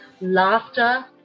laughter